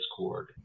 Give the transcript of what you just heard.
Discord